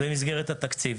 במסגרת התקציב.